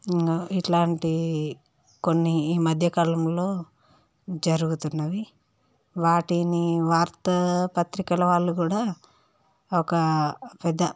ఇలాంటివి కొన్ని ఈ మధ్యకాలంలో జరుగుతున్నవి వాటిని వార్తా పత్రికలు వాళ్ళు కూడా ఒక పెద్ద